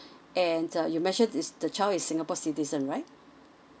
and uh you mentioned it's the child is singapore citizen right